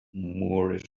moorish